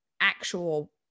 actual